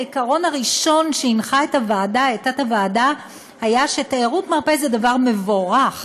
העיקרון הראשון שהנחה את תת-הוועדה היה שתיירות מרפא זה דבר מבורך,